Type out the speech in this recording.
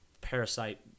Parasite